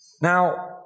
Now